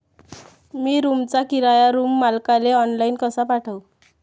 मी रूमचा किराया रूम मालकाले ऑनलाईन कसा पाठवू?